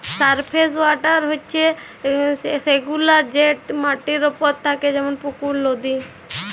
surface water হছে সেগুলা যেট মাটির উপরে থ্যাকে যেমল পুকুর, লদী